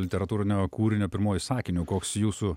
literatūrinio kūrinio pirmuoju sakiniu koks jūsų